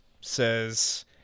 says